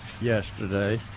yesterday